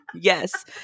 Yes